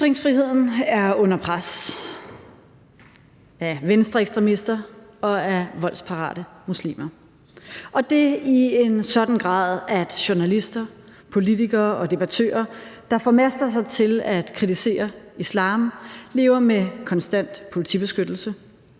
Ytringsfriheden er under pres af venstreekstremister og af voldsparate muslimer, og det i en sådan grad, at journalister, politikere og debattører, der formaster sig til at kritisere islam, lever med konstant politibeskyttelse,